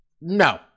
No